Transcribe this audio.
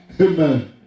amen